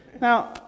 Now